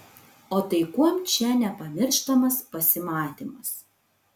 o tai kuom čia nepamirštamas pasimatymas